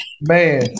Man